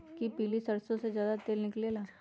कि पीली सरसों से ज्यादा तेल निकले ला?